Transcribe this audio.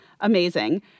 Amazing